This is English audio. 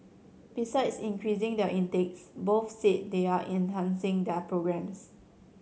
besides increasing their intakes both said they are enhancing their programmes